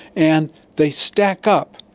and they stack up.